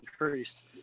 increased